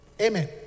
Amen